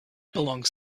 belongs